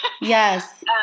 Yes